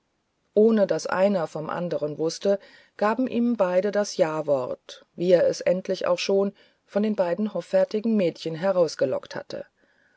ohne daß einer vom anderen wußte gaben ihm beide das jawort wie er es endlich auch schon von den beiden hoffärtigen mädchen herausgelockt hatte